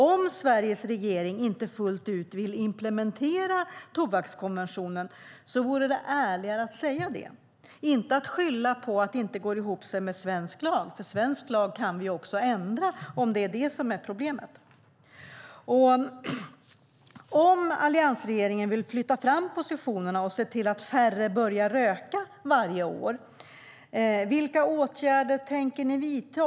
Om Sveriges regering inte fullt ut vill implementera tobakskonventionen vore det ärligare att säga det - inte skylla på att det inte går ihop med svensk lag, för svensk lag kan vi ändra om det är det som är problemet. Om alliansregeringen vill flytta fram positionerna och se till att färre börjar röka varje år, vilka åtgärder tänker ni vidta?